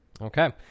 Okay